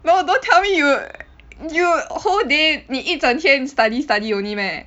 no don't tell me you you whole day 你一整天 study study only meh